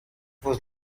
was